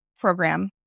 program